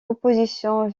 opposition